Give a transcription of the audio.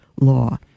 law